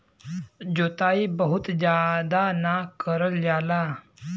जोताई बहुत जादा ना करल जाला